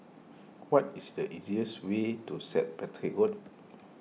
what is the easiest way to Saint Patrick's Road